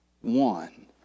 One